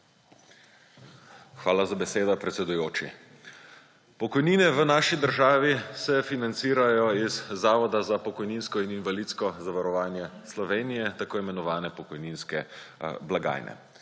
Hvala za besedo, predsedujoči. Pokojnine v naši državi se financirajo iz Zavoda za pokojninsko in invalidsko zavarovanje Slovenije, tako imenovane pokojninske blagajne.